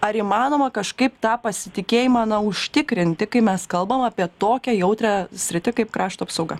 ar įmanoma kažkaip tą pasitikėjimą na užtikrinti kai mes kalbam apie tokią jautrią sritį kaip krašto apsauga